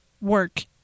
work